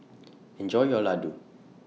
Enjoy your Laddu